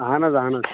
اَہن حظ اَہن حظ